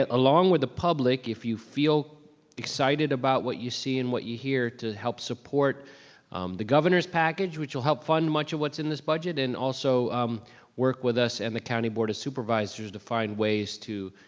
along with the public, if you feel excited about what you see and what you hear, to help support the governor's package, which will help fund much of what's in this budget, and also work with us and the county board of supervisors to find ways to